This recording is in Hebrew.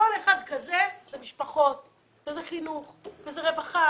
כל אחד כזה, אלה משפחות, זה חינוך, זאת רווחה,